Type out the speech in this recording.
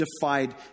defied